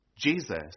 Jesus